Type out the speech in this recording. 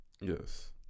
Yes